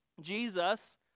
Jesus